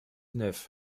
neuf